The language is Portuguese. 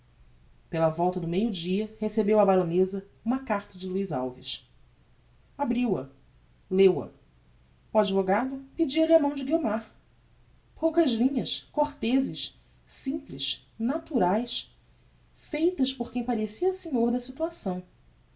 pela volta do meio dia recebeu a baroneza uma carta de luiz alves abriu-a e leu-a o advogado pedia-lhe a mão de guiomar poucas linhas cortezes simplices naturaes feitas por quem parecia senhor da situação